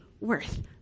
worth